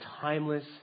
timeless